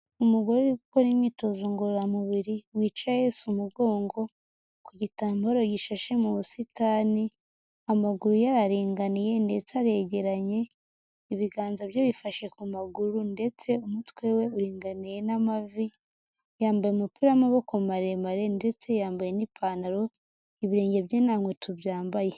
Umugore uri gukora imyitozo ngororamubiri wicaye ahese umugongo ku gitambaro gishashe mu busitani. Amaguru ye araringaniye ndetse aregeranye ibiganza bye bifashe ku maguru ndetse umutwe we uringaniye n'amavi, yambaye umupira w'amaboko maremare ndetse yambaye n'ipantaro, ibirenge bye nta nkweto byambaye.